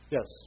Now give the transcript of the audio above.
Yes